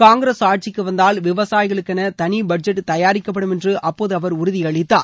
காங்கிரஸ் ஆட்சிக்கு வந்தால் விவசாயிகளுக்கென தனி பட்ஜெட் தயாரிக்கப்படும் என்று அப்போது அவர் உறுதியளித்தார்